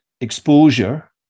exposure